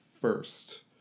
first